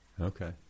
Okay